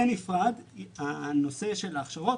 בנפרד הנושא של ההכשרות,